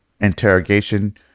interrogation